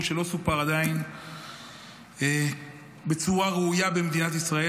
שלא סופר עדיין בצורה ראויה במדינת ישראל.